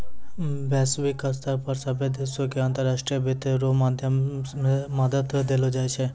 वैश्विक स्तर पर सभ्भे देशो के अन्तर्राष्ट्रीय वित्त रो माध्यम से मदद देलो जाय छै